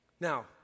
Now